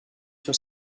sur